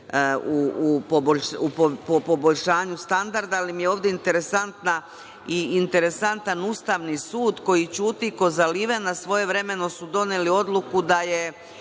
u poboljšanju standarda, ali mi je ovde i interesantan Ustavni sud koji ćuti ko zaliven, a svojevremeno su doneli odluku da neće